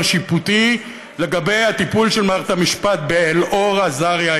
שיפוטי לגבי הטיפול של מערכת המשפט באלאור אזריה,